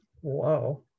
Whoa